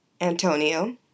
Antonio